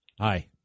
Hi